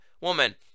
woman